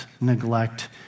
neglect